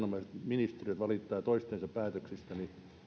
ministeriöt valittavat toistensa päätöksistä